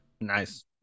Nice